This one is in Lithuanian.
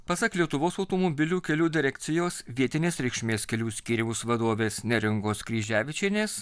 pasak lietuvos automobilių kelių direkcijos vietinės reikšmės kelių skyriaus vadovės neringos kryževičienės